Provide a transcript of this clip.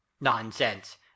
Nonsense